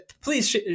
Please